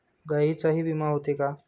गायींचाही विमा होते का?